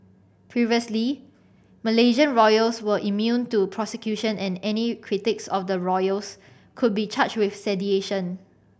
previously Malaysian royals were immune to prosecution and any critics of the royals could be charged with sedition